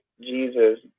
Jesus